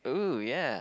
!oo! yeah